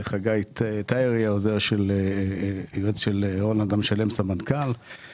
חגי טיירי העוזר של היועץ של אדם שלם סמנכ"ל,